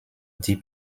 deep